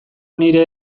nire